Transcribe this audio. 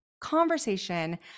conversation